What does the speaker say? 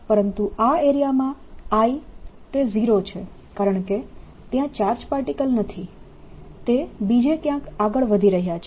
પરંતુ આ એરિયામાં I એ 0 છે કારણકે ત્યાં ચાર્જ પાર્ટીકલ નથી તે બીજે ક્યાંક આગળ વધી રહ્યા છે